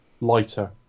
lighter